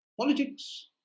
politics